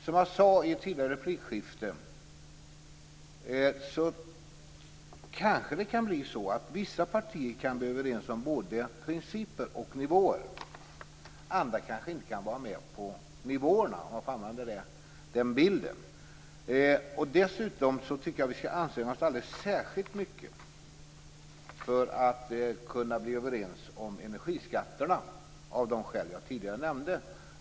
Som jag sade i tidigare replikskiften kanske det kan bli så att vissa partier kan bli överens om både principer och nivåer. Andra kanske inte kan vara med på nivåerna, om jag får använda den bilden. Dessutom tycker jag att vi skall anstränga oss alldeles särskilt mycket för att kunna bli överens om energiskatterna av de skäl som jag tidigare nämnde.